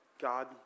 God